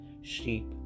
sheep